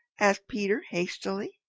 asked peter hastily.